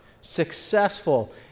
successful